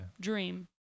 Dream